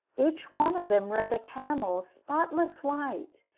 each one of them rode a camel spotless white,